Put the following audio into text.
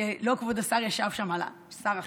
כשלא כבוד השר ישב שם אלא שר אחר,